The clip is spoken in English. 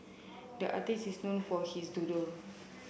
the artist is known for his doodle